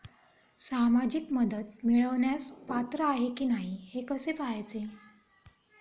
सामाजिक मदत मिळवण्यास पात्र आहे की नाही हे कसे पाहायचे?